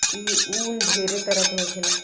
ई उन ढेरे तरह के होखेला